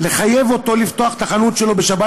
לחייב אותו לפתוח את החנות שלו בשבת,